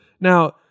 Now